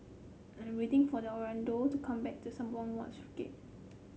I'm waiting for the Orlando to come back the Sembawang Wharves Gate